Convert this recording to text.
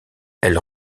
elles